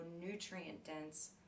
nutrient-dense